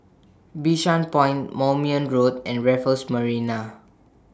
Bishan Point Moulmein Road and Raffles Marina